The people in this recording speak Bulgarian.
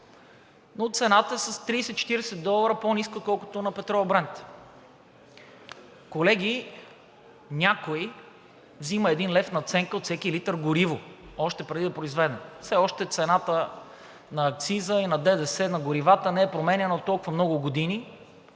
но цената е с 30 – 40 долара по-ниска, отколкото на петрола Брент. Колеги, някой взима един лев надценка от всеки литър гориво още преди да е произведено, а все още цената на акциза и на ДДС на горивата не е променяна от толкова много години.